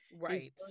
Right